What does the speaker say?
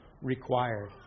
required